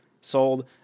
sold